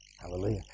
Hallelujah